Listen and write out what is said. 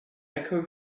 echo